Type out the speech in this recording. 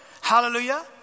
hallelujah